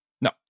No